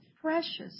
precious